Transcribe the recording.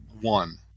One